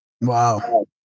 Wow